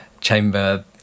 chamber